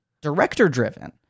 director-driven